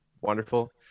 wonderful